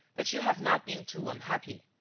that you have not been too unhappy.